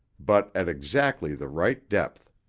but at exactly the right depth.